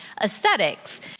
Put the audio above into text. aesthetics